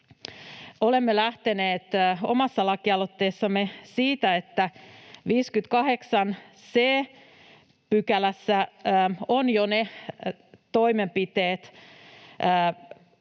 Olemme lähteneet omassa lakialoitteessamme siitä, että 58 c §:ssä ovat jo ne toimenpiteet